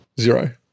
zero